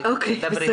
אבל בבקשה.